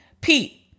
Pete